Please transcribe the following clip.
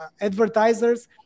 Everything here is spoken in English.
advertisers